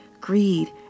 greed